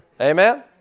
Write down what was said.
Amen